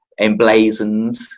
emblazoned